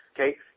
okay